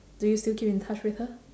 do you still keep in touch with her